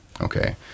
okay